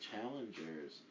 challengers